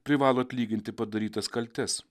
privalo atlyginti padarytas kaltes